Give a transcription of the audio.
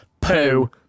poo